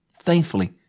Thankfully